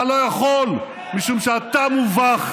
אתה לא יכול משום שאתה מובך,